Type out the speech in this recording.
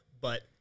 but-